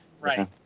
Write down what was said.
Right